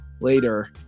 later